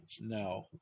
No